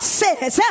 says